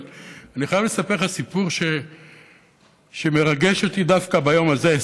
אבל אני חייב לספר לך סיפור שמרגש אותי דווקא ביום הזה,